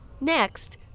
Next